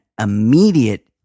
immediate